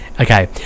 Okay